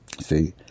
See